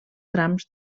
trams